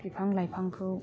बिफां लाइफांखौ